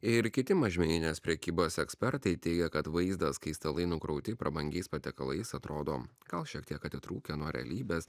ir kiti mažmeninės prekybos ekspertai teigia kad vaizdas kai stalai nukrauti prabangiais patiekalais atrodo gal šiek tiek atitrūkę nuo realybės